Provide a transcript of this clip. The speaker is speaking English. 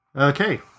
Okay